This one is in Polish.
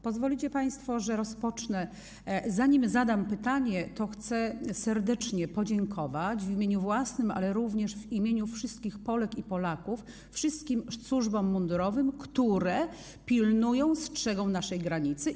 Pozwolicie państwo, że zanim zadam pytanie, to serdecznie podziękuję w imieniu własnym, ale również w imieniu wszystkich Polek i Polaków wszystkim służbom mundurowym, które pilnują, strzegą naszej granicy.